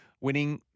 winning